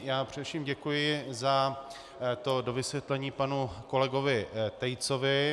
Já především děkuji za to dovysvětlení panu kolegovi Tejcovi.